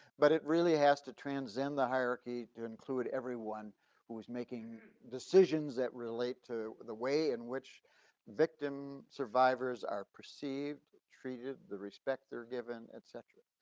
but it really has to transcend the hierarchy to include everyone who's making decisions that relate to the way in which victim survivors are perceived, treated, the respect they're given, et cetera.